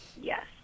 Yes